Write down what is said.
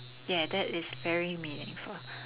ya that is very meaningful